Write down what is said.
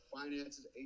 finances